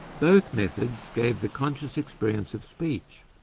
both methods gave the conscious experience of speech,